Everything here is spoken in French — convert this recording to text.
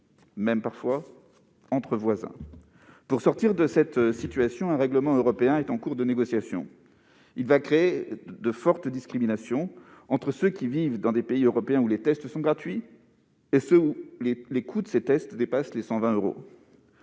même entre voisins. Pour sortir de cette situation, un règlement européen est en cours de négociation. Il créera de fortes discriminations entre ceux qui vivent dans des pays européens où les tests sont gratuits et ceux pour qui les coûts de ces tests dépassent les 120 euros,